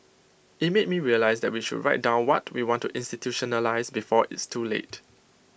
IT made me realise that we should write down what we want to institutionalise before it's too late